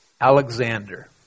Alexander